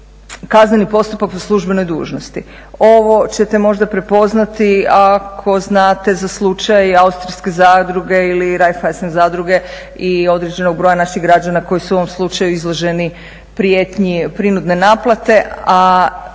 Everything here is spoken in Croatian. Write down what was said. kazneni postupak po službenoj dužnosti. Ovo ćete možda prepoznati ako znate za slučaj austrijske zadruge ili Raiffeisen zadruge i određenog broja naših građana koji su u ovom slučaju izloženi prijetnji prinudne naplate,